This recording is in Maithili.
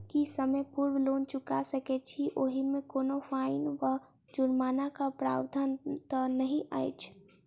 की समय पूर्व लोन चुका सकैत छी ओहिमे कोनो फाईन वा जुर्मानाक प्रावधान तऽ नहि अछि?